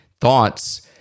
Thoughts